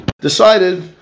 decided